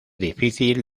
difícil